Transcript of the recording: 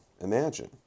Imagine